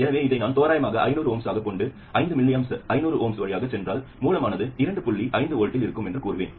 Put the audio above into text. எனவே இதை நான் தோராயமாக ஐந்நூறு ஓம்ஸாகக் கொண்டு ஐந்து மில்லியாம்ப்ஸ் ஐந்நூறு ஓம்ஸ் வழியாகச் சென்றால் மூலமானது இரண்டு புள்ளி ஐந்து வோல்ட்டில் இருக்கும் என்று கூறுவேன்